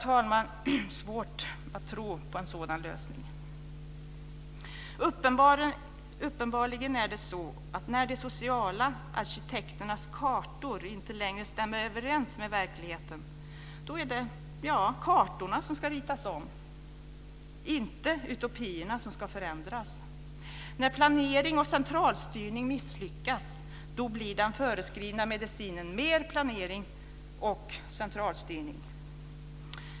Jag har svårt att tro på en sådan lösning. När de sociala arkitekternas kartor inte längre stämmer överens med verkligheten så är det uppenbarligen kartorna som ska ritas om, och inte utopierna som ska förändras. När planering och centralstyrning misslyckas så blir den föreskrivna medicinen mer planering och centralstyrning.